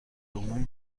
عموم